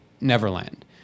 Neverland